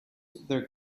their